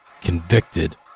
convicted